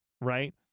right